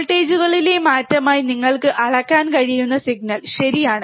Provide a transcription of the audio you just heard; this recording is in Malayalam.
വോൾട്ടേജുകളിലെ മാറ്റമായി നിങ്ങൾക്ക് അളക്കാൻ കഴിയുന്ന സിഗ്നൽ ശരിയാണ്